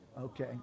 Okay